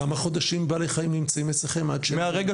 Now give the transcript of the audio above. כמה חודשים בעלי חיים נמצאים אצלכם עד ש --- מהרגע